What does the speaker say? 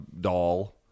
doll